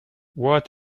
what